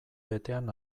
betean